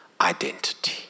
identity